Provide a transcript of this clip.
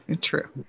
True